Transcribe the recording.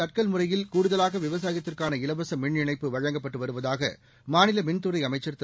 தட்கல் முறையில் கூடுதலாக விவசாயத்திற்கான இலவச மின் இணை்பு வழங்கப்பட்டு வருவதாக மாநில மின்துறை அமைச்சர் திரு